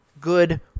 good